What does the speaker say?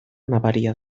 nabaria